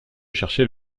chercher